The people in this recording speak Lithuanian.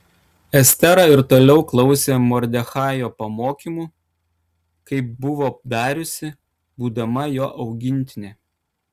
estera ir toliau klausė mordechajo pamokymų kaip buvo dariusi būdama jo augintinė